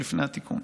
עוד לפני התיקון,